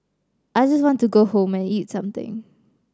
I just want to go home and eat something